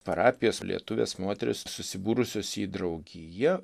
parapijos lietuvės moterys susibūrusios į draugiją